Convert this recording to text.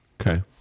Okay